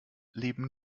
leben